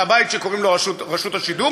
זה הבית שקוראים לו רשות השידור,